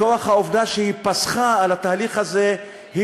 מכוח העובדה שהיא פסחה על התהליך הזה היא